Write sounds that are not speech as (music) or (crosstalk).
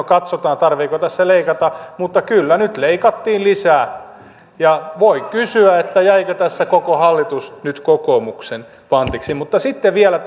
(unintelligible) katsotaan tarvitseeko tässä leikata mutta kyllä nyt leikattiin lisää voi kysyä jäikö tässä koko hallitus nyt kokoomuksen pantiksi mutta sitten vielä (unintelligible)